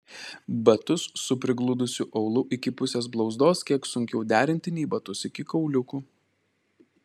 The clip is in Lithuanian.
batus su prigludusiu aulu iki pusės blauzdos kiek sunkiau derinti nei batus iki kauliukų